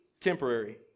temporary